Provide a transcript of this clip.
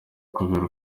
kubera